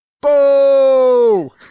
Boo